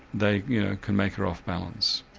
they you know can make her off balance.